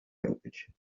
language